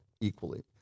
equally